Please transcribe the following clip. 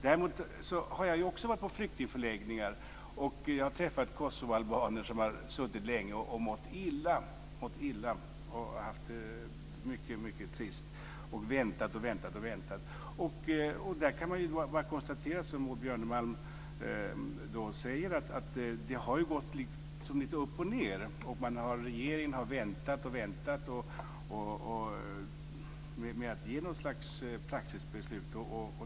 Däremot har jag också varit på flyktingförläggningar. Jag har träffat kosovoalbaner som har suttit där länge och mått illa. De har haft det mycket trist och väntat och väntat. Där kan man bara konstatera, som Maud Björnemalm gör, att det har gått lite upp och ned. Regeringen har väntat och väntat med att fatta något slags praxisbeslut.